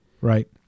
Right